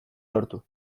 lortu